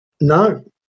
No